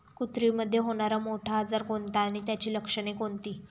कुत्रीमध्ये होणारा मोठा आजार कोणता आणि त्याची लक्षणे कोणती?